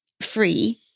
free